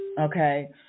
okay